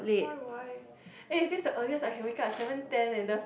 why would I eh this is the earliest I can wake up at seven ten eh the